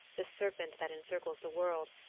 the serpent that encircles the world,